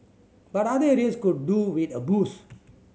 but other areas could do with a boost